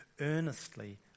earnestly